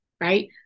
right